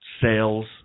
sales